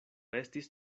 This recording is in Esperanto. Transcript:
estis